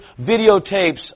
videotapes